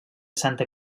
santa